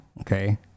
okay